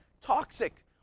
toxic